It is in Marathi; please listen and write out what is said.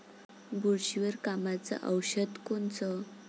बुरशीवर कामाचं औषध कोनचं?